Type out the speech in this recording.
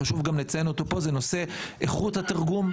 חשוב לציין אותו פה הוא נושא איכות התרגום,